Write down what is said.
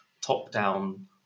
top-down